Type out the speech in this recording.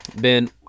Ben